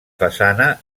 façana